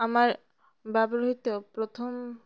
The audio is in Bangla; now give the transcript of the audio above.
আমার বাবার হইতেও প্রথম